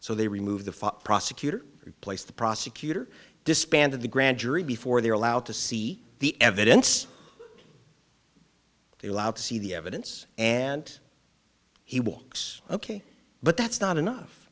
so they remove the prosecutor replace the prosecutor disbanded the grand jury before they're allowed to see the evidence they allowed to see the evidence and he walks ok but that's not enough